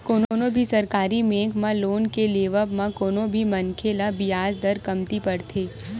कोनो भी सरकारी बेंक म लोन के लेवब म कोनो भी मनखे ल बियाज दर कमती परथे